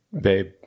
babe